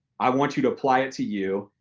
i want you to apply it to you,